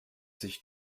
sich